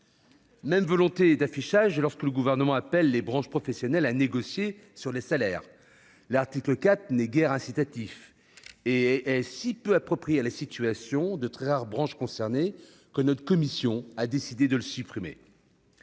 même volonté d'affichage lorsque le Gouvernement appelle les branches professionnelles à négocier sur les salaires. L'article 4 n'était guère incitatif et était si peu approprié à la situation des très rares branches concernées que notre commission a décidé de le supprimer.